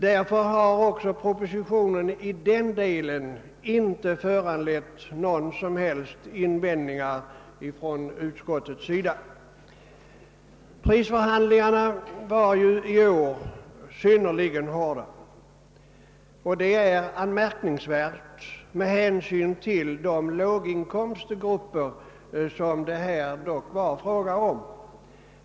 Propositionen har därför i denna del inte föranlett några som helst invändningar från utskottets sida. Prisförhandlingarna var i år synnerligen hårda. Detta är anmärkningsvärt med hänsyn till att det rör sig om låginkomstgrupper.